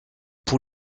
pour